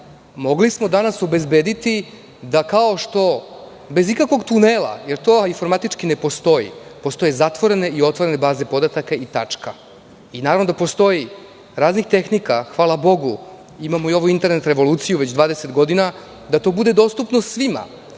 Mogli smo danas obezbediti da kao što bez ikakvog tunela je, jer to informatički ne postoji, postoje zatvorene i otvorene baze podataka i tačka, naravno da postoje razne tehnike, hvala bogu, imamo i ovu internet revoluciju već godina, da to bude dostupno svima. Ne,